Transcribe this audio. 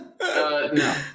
no